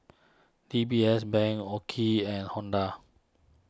D B S Bank Oki and Honda